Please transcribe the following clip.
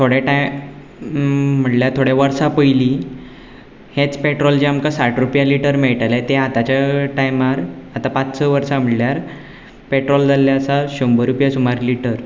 थोडे टायम म्हणल्यार थोड्या वर्सा पयलीं हेंच पेट्रोल जें आमकां साठ रुपया लीटर मेयटालें तें आतांच्या टायमार आतां पांच स वर्सां म्हणल्यार पेट्रोल जाल्लें आसा शंबर रुपया सुमार लिटर